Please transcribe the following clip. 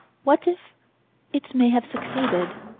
what if it may have succeeded?